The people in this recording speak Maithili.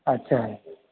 अच्छा